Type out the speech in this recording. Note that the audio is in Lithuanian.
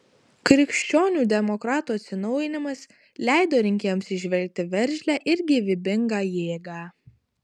krikščionių demokratų atsinaujinimas leido rinkėjams įžvelgti veržlią ir gyvybingą jėgą